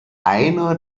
einer